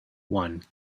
one